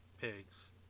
Pigs